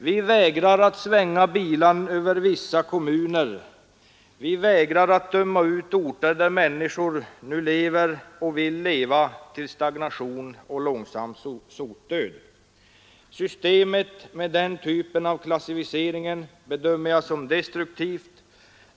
Vi vägrar att svinga bilan över vissa kommuner. Vi vägrar att döma ut orter, där människor nu lever och vill leva, till stagnation och långsam sotdöd. Systemet med denna typ av klassificering bedömer jag som destruktivt.